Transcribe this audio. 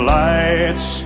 lights